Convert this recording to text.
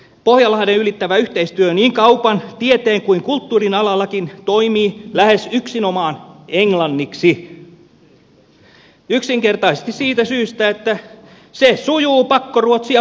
pohjanlahden ylittävä yhteistyö niin kaupan tieteen kuin kulttuurin alallakin toimii lähes yksinomaan englanniksi yksinkertaisesti siitä syystä että se sujuu pakkoruotsia paremmin